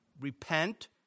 Repent